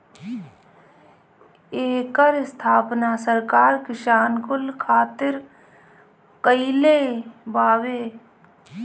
एकर स्थापना सरकार किसान कुल खातिर कईले बावे